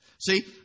See